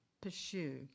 pursue